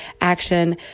Action